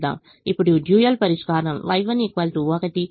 ఇప్పుడు డ్యూయల్ పరిష్కారం Y1 1 Y2 1 7 11 18